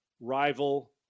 rival